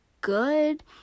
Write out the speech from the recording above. good